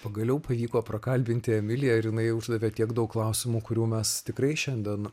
pagaliau pavyko prakalbinti emiliją ir jinai uždavė tiek daug klausimų kurių mes tikrai šiandien